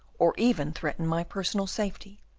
or even threaten my personal safety.